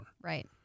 right